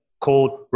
called